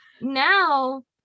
now